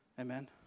Amen